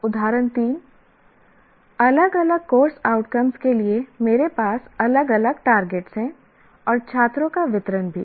उदाहरण 3 अलग अलग कोर्स आउटकम्स के लिए मेरे पास अलग अलग टारगेट हैं और छात्रों का वितरण भी